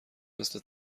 مثل